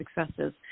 successes